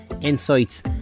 insights